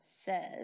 says